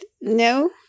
No